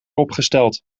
opgesteld